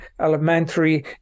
elementary